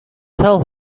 tell